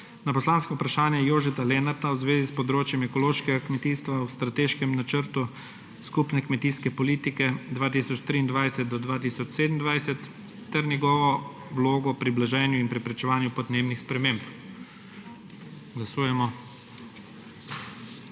na poslansko vprašanje Jožeta Lenarta v zvezi s področjem ekološkega kmetijstva v Strateškem načrtu Skupne kmetijske politike 2023–2027 ter njegovo vlogo pri blaženju in preprečevanju podnebnih sprememb. Glasujemo.